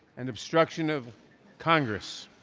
and obstruction of congress.